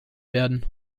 werden